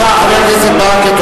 תודה, חבר הכנסת ברכה.